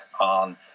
on